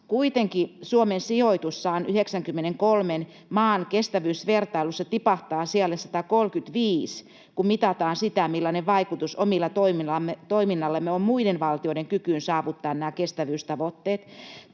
Kuitenkin Suomen sijoitus 193 maan kestävyysvertailussa tipahtaa sijalle 135, kun mitataan sitä, millainen vaikutus omalla toiminnallamme on muiden valtioiden kykyyn saavuttaa nämä kestävyystavoitteet.